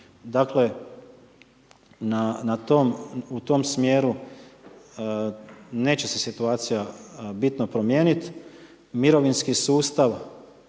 Dakle u tom smjeru neće se situacija bitno promijeniti. Mirovinski sustav